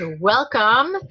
Welcome